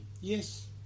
Yes